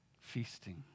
Feasting